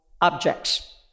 objects